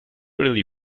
really